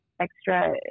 extra